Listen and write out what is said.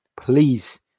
Please